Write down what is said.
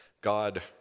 God